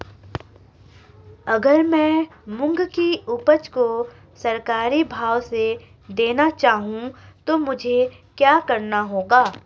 अगर मैं मूंग की उपज को सरकारी भाव से देना चाहूँ तो मुझे क्या करना होगा?